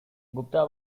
gupta